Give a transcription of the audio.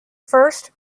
first